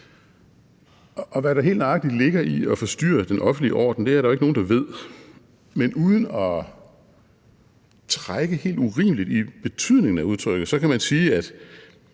Hvad der helt nøjagtigt ligger i at forstyrre den offentlige orden, er der jo ikke nogen der ved, men uden at trække helt urimeligt i betydningen af udtrykket kan man sige, at